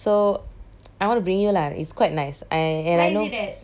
so I want to bring you lah is quite nice I know